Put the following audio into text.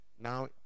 Now